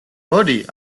მოდი